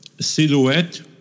silhouette